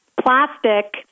plastic